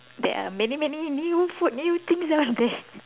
there are many many new food new things that was there